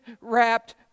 wrapped